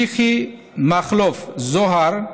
מיקי מכלוף זוהר,